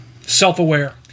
Self-aware